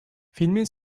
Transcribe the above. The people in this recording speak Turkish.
filmin